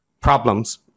problems